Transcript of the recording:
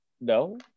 no